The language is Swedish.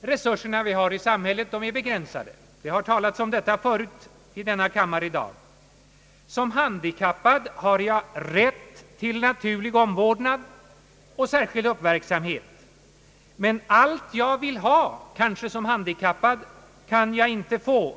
Resurserna i samhället är begränsade. Vi har talat om detta tidigare i dag i denna kammare, Såsom handikappad har jag rätt till naturlig omvårdnad och särskild uppmärksamhet. Allt som jag såsom handikappad kanske vill ha kan jag dock inte få.